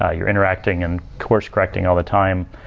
ah you're interacting and course correcting all the time.